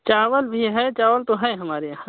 चावल भी है चावल तो है हमारे यहाँ